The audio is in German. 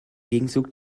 gegenzug